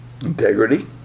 Integrity